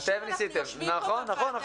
חודשים אנחנו יושבים פה בוועדה.